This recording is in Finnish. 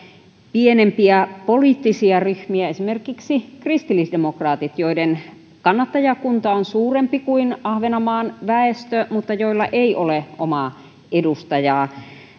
pienempiä poliittisia ryhmiä esimerkiksi kristillisdemokraatit joiden kannattajakunta on suurempi kuin ahvenanmaan väestö mutta joilla ei ole omaa edustajaa